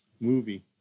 movie